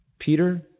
Peter